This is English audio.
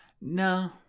No